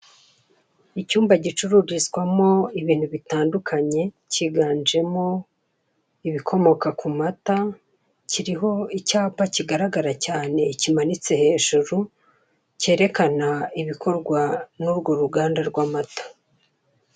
Icyumba gicururizwamo ibintu bitandukanye cyiganjemo ibikomoka ku mata kiriho icyapa kigaragara cyane cyimanitse hejuru cyerekana ibikorwa n'urwo ruganda rw'amata.